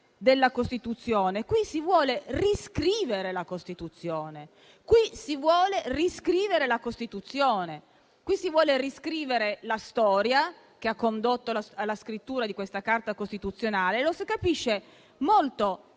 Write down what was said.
della Costituzione, ma si vuole riscrivere la Costituzione, si vuole riscrivere la storia che ha condotto alla scrittura di questa Carta costituzionale e lo si capisce molto